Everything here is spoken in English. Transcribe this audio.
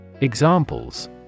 Examples